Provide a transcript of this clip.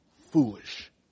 foolish